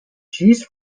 cheese